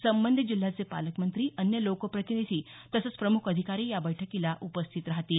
संबंधित जिल्ह्यांचे पालकमंत्री अन्य लोकप्रतिनिधी तसंच प्रम्ख अधिकारी या बैठकीला उपस्थित राहतील